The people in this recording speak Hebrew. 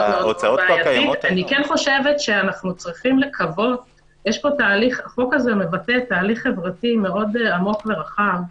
אני כן חושבת החוק הזה מבטא תהליך חברתי עמוק ורחב,